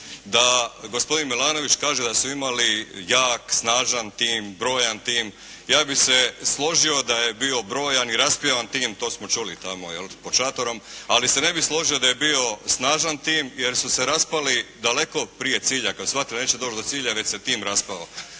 da gospodin Milanović kaže da su imali jak, snažan tim, brojan tim. Ja bih se složio da je bio brojan i raspjevan tim, to smo čuli tamo jel' pod šatorom ali se ne bih složio da je bio snažan tim jer su se raspali daleko prije cilja. Kad su shvatili da neće doći do cilja već se tim raspao.